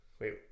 Wait